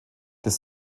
des